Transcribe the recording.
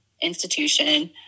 institution